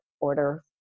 order